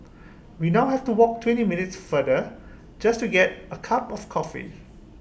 we now have to walk twenty minutes farther just to get A cup of coffee